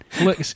Look